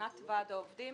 שמבחינת ועד העובדים